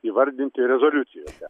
įvardinti rezoliucijose